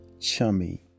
Chummy